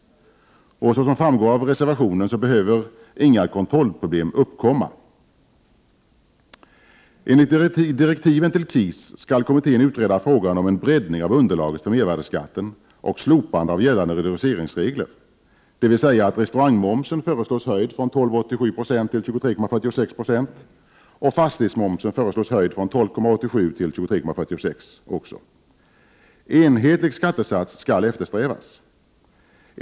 Såsom framgår av reservationen behöver inga kontrollproblem uppkomma. Enligt direktiven till KIS skall kommittén utreda frågan om en breddning av underlaget för mervärdeskatten och slopande av gällande reduceringsregler, dvs. att restaurangmomsen föreslås höjd från 12,87 Yo till 23,46 26 och fastighetsmomsen från 12,87 20 till 23,46 26. Enhetlig skattesats skall eftersträvas.